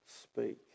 speak